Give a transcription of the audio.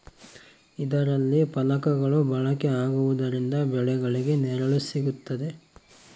ಇದರಲ್ಲಿ ಫಲಕಗಳು ಬಳಕೆ ಆಗುವುದರಿಂದ ಬೆಳೆಗಳಿಗೆ ನೆರಳು ಸಿಗುತ್ತದೆ